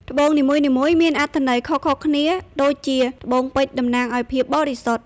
ត្បូងនីមួយៗមានអត្ថន័យខុសៗគ្នាដូចជា ត្បូងពេជ្រតំណាងឱ្យភាពបរិសុទ្ធ។